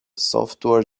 software